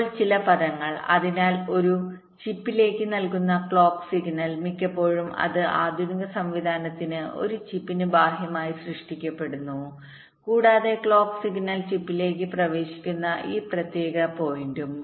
ഇപ്പോൾ ചില പദങ്ങൾ അതിനാൽ ഒരു ചിപ്പിലേക്ക് നൽകുന്ന ക്ലോക്ക് സിഗ്നൽ മിക്കപ്പോഴും അത് ആധുനിക സംവിധാനത്തിന് ഒരു ചിപ്പിന് ബാഹ്യമായി സൃഷ്ടിക്കപ്പെടുന്നു കൂടാതെ ക്ലോക്ക് സിഗ്നൽ ചിപ്പിലേക്ക് പ്രവേശിക്കുന്ന ഈ പ്രത്യേക പോയിന്റും